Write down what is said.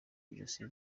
ijosi